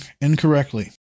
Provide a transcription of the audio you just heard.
incorrectly